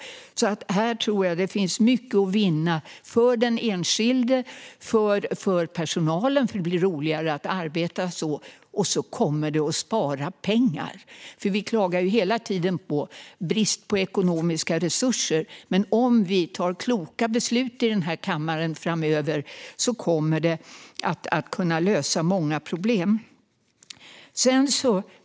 Här tror jag alltså att det finns mycket att vinna för den enskilde och även för personalen, för det blir roligare att arbeta så. Det kommer också att spara pengar. Vi klagar ju hela tiden på bristen på ekonomiska resurser, men om vi tar kloka beslut här i kammaren framöver kommer det att kunna lösa många problem.